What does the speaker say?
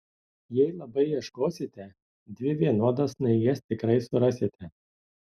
jei labai ieškosite dvi vienodas snaiges tikrai surasite